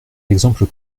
exemple